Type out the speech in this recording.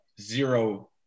zero